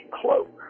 cloak